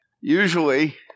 usually